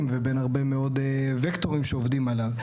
ובין הרבה מאוד וקטורים שעובדים עליו,